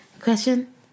Question